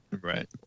Right